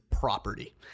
property